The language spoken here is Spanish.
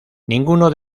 ninguno